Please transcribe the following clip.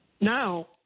Now